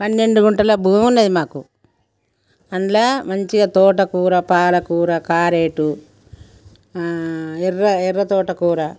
పన్నెండు గుంటల భూమి ఉన్నది మాకు అందులో మంచిగా తోటకూర పాలకూర కారేటు ఎర్ర ఎర్ర తోటకూర